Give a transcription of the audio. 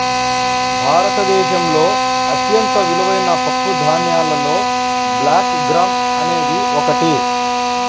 భారతదేశంలో అత్యంత విలువైన పప్పుధాన్యాలలో బ్లాక్ గ్రామ్ అనేది ఒకటి